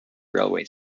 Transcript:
railway